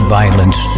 violence